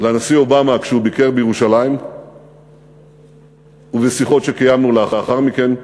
לנשיא אובמה כשהוא ביקר בירושלים ובשיחות שקיימנו לאחר מכן,